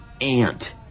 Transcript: ant